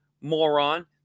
moron